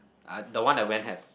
I the one I went have